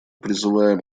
призываем